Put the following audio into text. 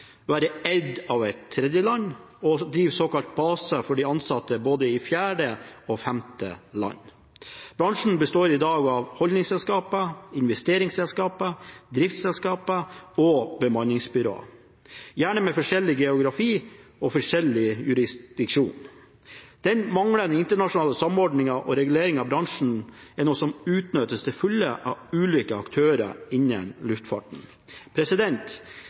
og drive såkalte baser for de ansatte i både et fjerde og et femte land. Bransjen består i dag av holdingselskaper, investeringsselskaper, driftsselskaper og bemanningsbyråer, gjerne med forskjellig geografi og forskjellig jurisdiksjon. Den manglende internasjonale samordningen og reguleringen av bransjen er noe som utnyttes til fulle av ulike aktører innen luftfarten.